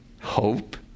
hope